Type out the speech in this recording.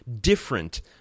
different